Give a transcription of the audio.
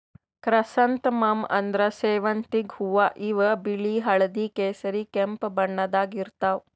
chrysanthemum ಅಂದ್ರ ಸೇವಂತಿಗ್ ಹೂವಾ ಇವ್ ಬಿಳಿ ಹಳ್ದಿ ಕೇಸರಿ ಕೆಂಪ್ ಬಣ್ಣದಾಗ್ ಇರ್ತವ್